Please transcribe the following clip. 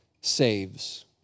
saves